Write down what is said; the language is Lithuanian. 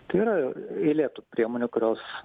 tai yra eilė tų priemonių kurios